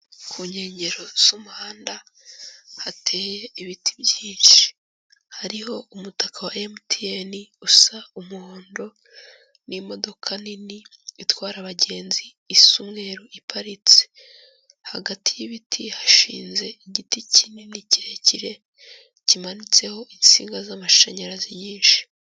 Ku nkengero z'umuhanda hateye ibiti byinshi, hariho umutaka wa MTN usa umuhondo n'imodoka nini itwara abagenzi isa umweru iparitse, hagati y'ibiti hashinze igiti kinini kirekire, kimanitseho insinga z'amashanyarazi nyinshi.